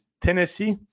Tennessee